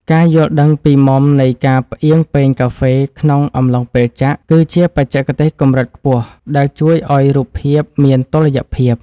ការយល់ដឹងពីមុំនៃការផ្អៀងពែងកាហ្វេក្នុងអំឡុងពេលចាក់ គឺជាបច្ចេកទេសកម្រិតខ្ពស់ដែលជួយឱ្យរូបភាពមានតុល្យភាព។